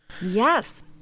Yes